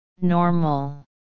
Normal